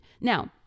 Now